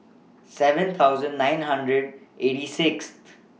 seven thousand nine hundred eighty six